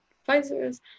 advisors